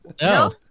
no